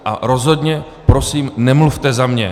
A rozhodně prosím nemluvte za mě.